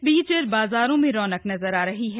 इस बीच बाजारों में रौनक नजर आ रही है